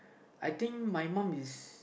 I think my mum is